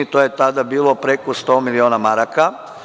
To je tada bilo preko 100 miliona maraka.